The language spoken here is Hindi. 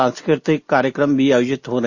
सांस्कृतिक कार्यक्रम भी आयोजित हो रहे